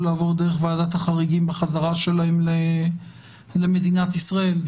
לעבור דרך ועדת החריגים בחזרה שלהם למדינת ישראל.